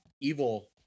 evil